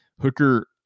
Hooker